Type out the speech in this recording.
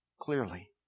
clearly